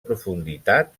profunditat